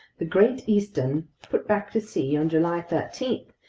the great eastern put back to sea on july thirteen,